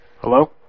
Hello